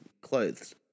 clothes